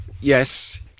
Yes